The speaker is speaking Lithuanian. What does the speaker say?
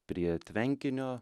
prie tvenkinio